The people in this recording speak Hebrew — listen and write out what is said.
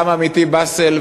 גם עמיתי באסל,